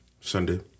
sunday